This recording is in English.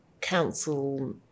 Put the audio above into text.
council